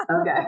Okay